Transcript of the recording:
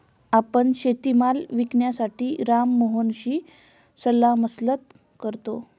आपला शेतीमाल विकण्यासाठी राम मोहनशी सल्लामसलत करतो